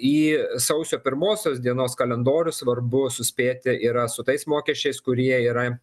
į sausio pirmosios dienos kalendorių svarbu suspėti yra su tais mokesčiais kurie yra